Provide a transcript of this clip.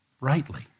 rightly